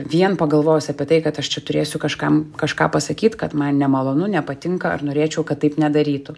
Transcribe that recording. vien pagalvojus apie tai kad aš čia turėsiu kažkam kažką pasakyt kad man nemalonu nepatinka ar norėčiau kad taip nedarytų